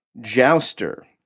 Jouster